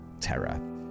terror